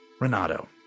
Renato